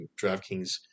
DraftKings